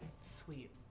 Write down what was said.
Sweet